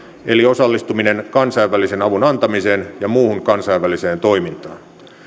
eli osallistuminen kansainvälisen avun antamiseen ja muuhun kansainväliseen toimintaan